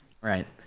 right